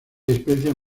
especie